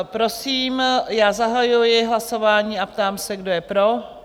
Prosím, já zahajuji hlasování a ptám se, kdo je pro?